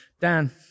Dan